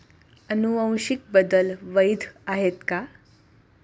अनुवांशिक बदल वैध आहेत का?